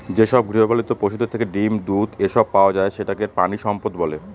যেসব গৃহপালিত পশুদের থেকে ডিম, দুধ, এসব পাওয়া যায় সেটাকে প্রানীসম্পদ বলে